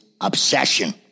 obsession